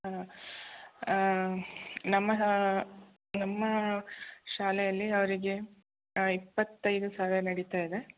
ಹಾಂ ನಮ್ಮ ನಮ್ಮ ಶಾಲೆಯಲ್ಲಿ ಅವರಿಗೆ ಇಪ್ಪತೈದು ಸಾವಿರ ನಡೀತಾ ಇದೆ